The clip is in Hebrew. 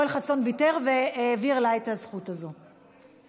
יואל חסון ויתר והעביר לה את הזכות הזאת במקומו.